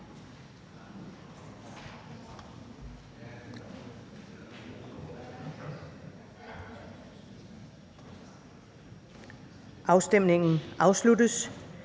Afstemningen afsluttes.